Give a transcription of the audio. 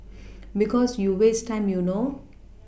because you waste time you know